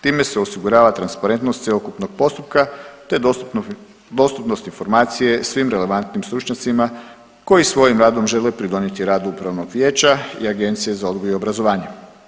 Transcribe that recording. Time se osigurava transparentnost sveukupnog postupka, te dostupnost informacije svim relevantnim stručnjacima koji svojim radom žele pridonijeti radu upravnog vijeća i Agencije za odgoj i obrazovanje.